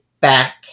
back